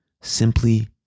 simply